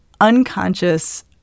unconscious